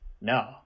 No